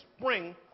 spring